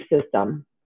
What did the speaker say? system